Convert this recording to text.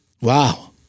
Wow